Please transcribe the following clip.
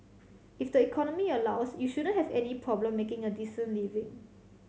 if the economy allows you shouldn't have any problem making a decent living